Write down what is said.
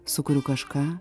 sukuriu kažką